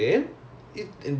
they don't care is it